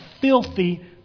filthy